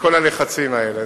בגלל כל הלחצים האלה.